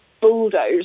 bulldoze